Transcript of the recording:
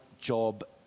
job